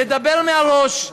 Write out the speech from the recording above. לדבר מהראש,